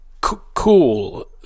cool